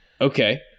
Okay